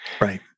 Right